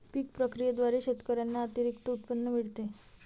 पीक प्रक्रियेद्वारे शेतकऱ्यांना अतिरिक्त उत्पन्न मिळते